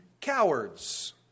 cowards